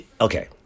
okay